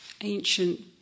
Ancient